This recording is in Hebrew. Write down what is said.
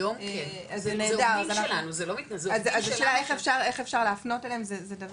כיום כן, זה עובדים שלנו, זה לא מתנדבים.